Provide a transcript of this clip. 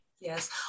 Yes